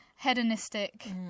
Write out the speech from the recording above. hedonistic